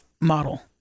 model